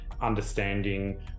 Understanding